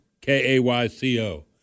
K-A-Y-C-O